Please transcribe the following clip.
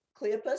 Cleopas